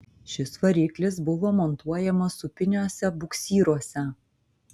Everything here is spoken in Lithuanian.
šis variklis buvo montuojamas upiniuose buksyruose